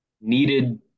needed